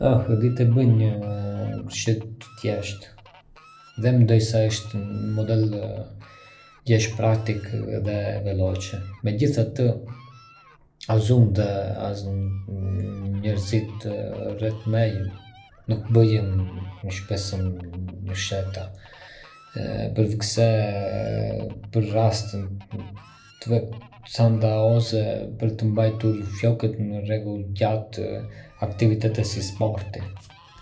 Hëh, di të bëj një gërshet të thjeshtë dhe mendoj se është një model llesh praktik dhe veloce. Megjithatë, as unë dhe as njerëzit rreth meje nuk bëjmë shpesh gërsheta, përveçse për raste të veçanta ose për të mbajtur flokët në rregull gjatë aktiviteteve si sporti.